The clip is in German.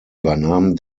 übernahm